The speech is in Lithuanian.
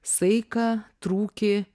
saiką trūkį